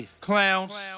Clowns